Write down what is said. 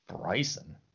Bryson